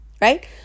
Right